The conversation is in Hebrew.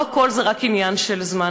לא הכול זה רק עניין של זמן.